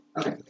Okay